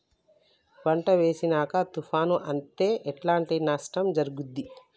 పంట వేసినంక తుఫాను అత్తే ఎట్లాంటి నష్టం జరుగుద్ది?